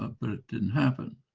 ah but it didn't happen.